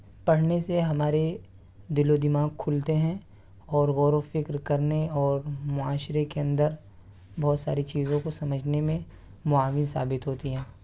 پڑھنے سے ہمارے دل و دماغ کھلتے ہیں اور غور و فکر کرنے اور معاشرے کے اندر بہت ساری چیزوں کو سمجھنے میں معاون ثابت ہوتی ہیں